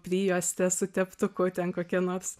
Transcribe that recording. prijuoste su teptuku ten kokie nors